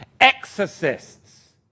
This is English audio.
exorcists